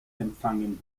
empfangen